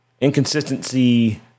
inconsistency